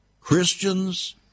Christians